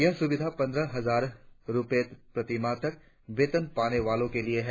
यह सुविधा पंद्रह हजार रुपए प्रतिमाह तक वेतन पाने वालों के लिए है